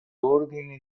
ordine